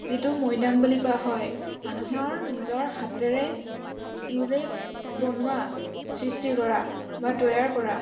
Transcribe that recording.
যিটো মৈদাম বুলি কোৱা হয় মানুহৰ নিজৰ হাতেৰে নিজেই বনোৱা সৃষ্টি কৰা বা তৈয়াৰ কৰা